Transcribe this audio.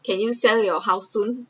can you sell your house soon